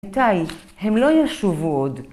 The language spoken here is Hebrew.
‫מתי? הם לא ישובו עוד.